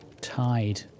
tied